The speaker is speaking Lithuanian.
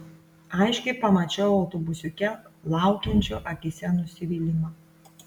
aiškiai pamačiau autobusiuke laukiančio akyse nusivylimą